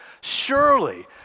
surely